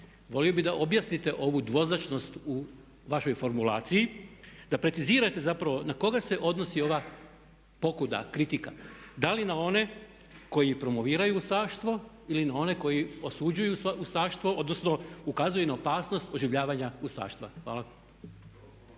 volio bih da objasnite ovu dvoznačnost u vašoj formulaciji, da precizirate zapravo na koga se odnosi ova pokuda, kritika? Da li na one koji promoviraju ustaštvo ili na one koji osuđuju ustaštvo odnosno ukazuju na opasnost oživljavanja ustaštva? Hvala.